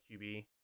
QB